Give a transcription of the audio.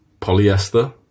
polyester